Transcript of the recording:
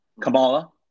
Kamala